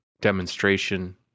demonstration